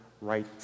right